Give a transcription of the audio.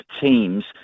teams